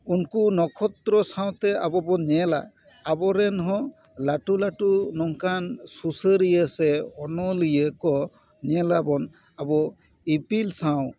ᱩᱱᱠᱩ ᱱᱚᱠᱷᱚᱛᱨᱚ ᱥᱟᱶᱛᱮ ᱟᱵᱚ ᱵᱚᱱ ᱧᱮᱞᱟ ᱟᱵᱚᱨᱮᱱ ᱦᱚᱸ ᱞᱟᱴᱩ ᱞᱟᱴᱩ ᱱᱚᱝᱠᱟᱱ ᱥᱩᱥᱟᱹᱨᱤᱭᱟᱹ ᱥᱮ ᱚᱱᱚᱞᱤᱭᱟᱹ ᱠᱚ ᱧᱮᱞᱟᱵᱚᱱ ᱟᱵᱚ ᱤᱯᱤᱞ ᱥᱟᱶ